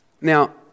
Now